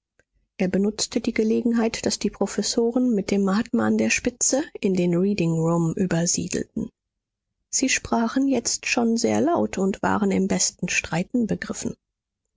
er benutzte die gelegenheit daß die professoren mit dem mahatma an der spitze in den reading room übersiedelten sie sprachen jetzt schon sehr laut und waren im besten streiten begriffen